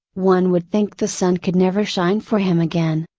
one would think the sun could never shine for him again.